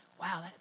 wow